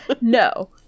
no